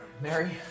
Mary